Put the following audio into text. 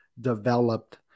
developed